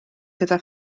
gyda